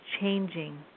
changing